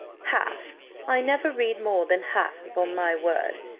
half i never read more than half, upon my word,